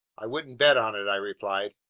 i wouldn't bet on it! i replied.